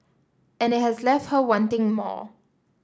and it has left her wanting more